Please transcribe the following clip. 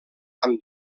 amb